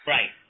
Right